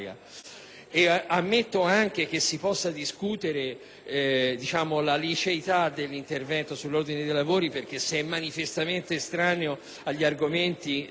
Ammetto anche che si possa discutere la liceità dell'intervento sull'ordine dei lavori perché, se è manifestamente estraneo agli argomenti,